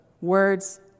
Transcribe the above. words